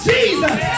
Jesus